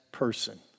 person